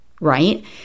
right